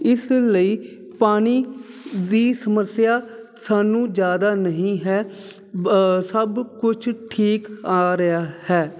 ਇਸ ਲਈ ਪਾਣੀ ਦੀ ਸਮੱਸਿਆ ਸਾਨੂੰ ਜ਼ਿਆਦਾ ਨਹੀਂ ਹੈ ਸਭ ਕੁਝ ਠੀਕ ਆ ਰਿਹਾ ਹੈ